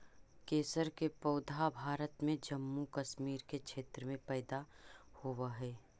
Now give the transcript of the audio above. केसर के पौधा भारत में जम्मू कश्मीर के क्षेत्र में पैदा होवऽ हई